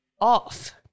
off